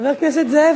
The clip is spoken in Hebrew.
חבר הכנסת זאב,